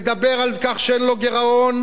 מדבר על כך שאין לו גירעון,